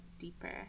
deeper